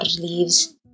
leaves